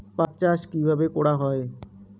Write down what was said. পাট চাষ কীভাবে করা হয়?